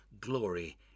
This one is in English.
glory